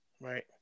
right